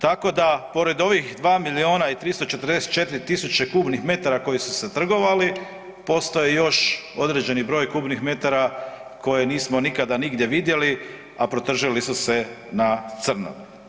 Tako da pored ovih 2 miliona i 344 tisuće kubnih metara koji su se trgovali postoji još određeni broj kubnih metara koje nismo nikada nigdje vidjeli, a protržili su se na crno.